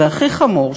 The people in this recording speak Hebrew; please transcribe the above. והכי חמור,